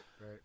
right